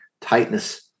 tightness